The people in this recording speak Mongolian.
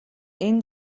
энэ